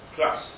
Plus